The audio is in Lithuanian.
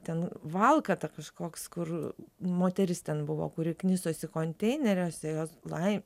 ten valkata kažkoks kur moteris ten buvo kuri knisosi konteineriuose jos laimė